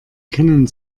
kennen